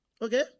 Okay